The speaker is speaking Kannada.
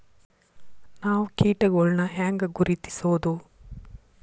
ನಾವ್ ಕೇಟಗೊಳ್ನ ಹ್ಯಾಂಗ್ ಗುರುತಿಸೋದು?